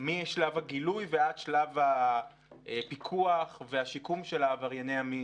משלב הגילוי ועד שלב הפיקוח והשיקום של עברייני המין.